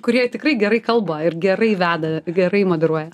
kurie tikrai gerai kalba ir gerai veda gerai moderuoja